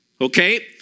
Okay